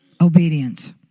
obedience